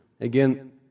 Again